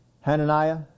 Hananiah